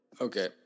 Okay